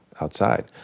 outside